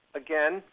again